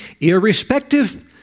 irrespective